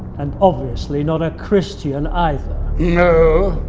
and obviously not a christian either. no?